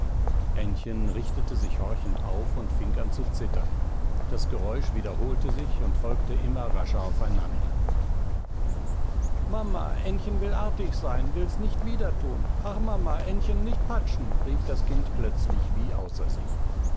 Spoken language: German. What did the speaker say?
aennchen richtete sich horchend auf und fing an zu zittern das geräusch wiederholte sich und folgte immer rascher aufeinander mama aennchen will artig sein will's nicht wieder thun ach mama aennchen nicht patschen rief das kind plötzlich wie außer sich